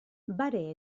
bare